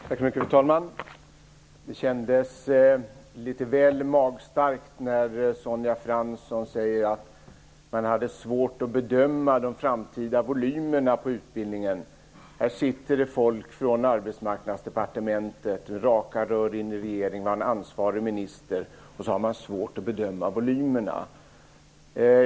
Fru talman! Det kändes litet väl magstarkt när Sonja Fransson sade att man hade svårt att bedöma de framtida volymerna på utbildningen. Här sitter folk från Arbetsmarknadsdepartementet med raka rör in i regeringen och en ansvarig minister - och så har man svårt att bedöma volymerna!